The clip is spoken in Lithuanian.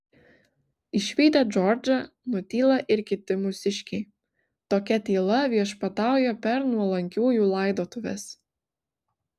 išvydę džordžą nutyla ir kiti mūsiškiai tokia tyla viešpatauja per nuolankiųjų laidotuves